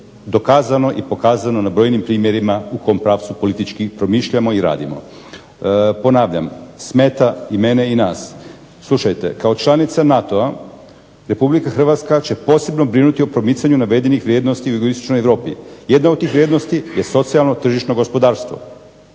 dokazano i pokazano na brojnim primjerima u kom pravcu politički promišljamo i radimo. Ponavljam smeta i mene i nas, slušajte kao članica NATO-a Republika Hrvatska će posebno brinuti o promicanju navedenih vrijednosti u jugoistočnoj Europi, jedna od tih vrijednosti je socijalno tržišno gospodarstvo,